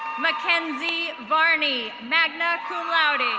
makenzie varney, magna cum laude.